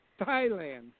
Thailand